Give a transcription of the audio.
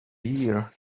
year